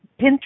Pinterest